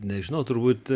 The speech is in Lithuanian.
nežinau turbūt